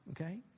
okay